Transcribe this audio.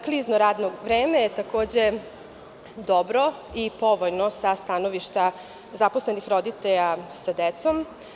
Klizno radno vreme je takođe dobro i povoljno sa stanovišta zaposlenih roditelja sa decom.